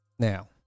Now